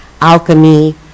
alchemy